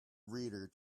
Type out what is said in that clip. reader